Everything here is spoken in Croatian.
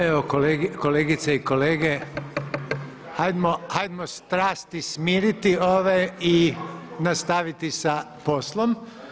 Evo kolegice i kolege, hajdmo strasti smiriti ove i nastaviti sa poslom.